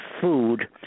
food